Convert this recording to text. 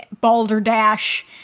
balderdash